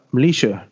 Malaysia